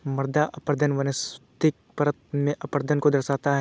मृदा अपरदन वनस्पतिक परत में अपरदन को दर्शाता है